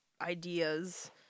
ideas